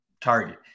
target